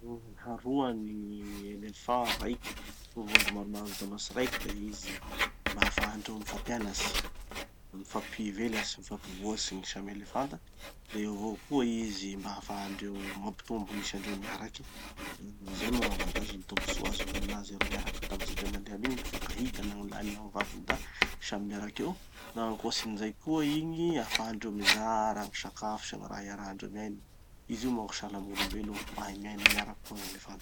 Gny iharoan'ny gny éléphants raiky, vondro maromaro mitambatsy raiky, da izy, mba hahafahandreo mifampianatsy, mifampivelatsy, mifampivoatsy gny samy elefanta. Eo avao koa izy mba hahafahandreo mampitombo gn'isandreo miaraky. Zay moa gn'avantages tombotsoa azo avy aminazy iereo miaraky tapitsy indray mandeha aby igny mifankahita na gny lahiny na gny vaviny da samy miaraky eo. Fa gn'ankoatsin'izay koa igny ahafahandreo mizara gny sakafo sy gny raha iarahandreo miaina. Izy io manko sahala amy gn'olombelo, mahay miay miaraky koa gn'elefanta.